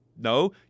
no